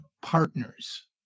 partners